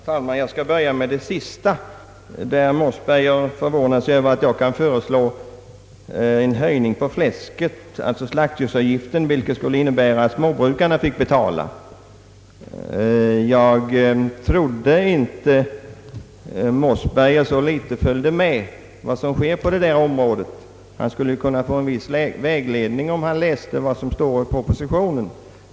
Herr talman! Jag skall börja med att beröra det sista som herr Mossberger anförde i sitt inlägg. Herr Mossberger förvånar sig över att jag kan föreslå en höjning av slaktdjursavgiften, vilket skulle innebära att småbrukarna skulle få betala mera. Jag trodde inte att herr Mossberger följde med så litet vad som sker på detta område. Han skulle få en viss vägledning, om han läste vad som stod i propositionen.